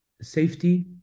safety